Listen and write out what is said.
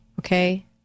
Okay